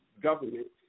government